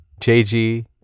jg